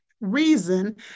reason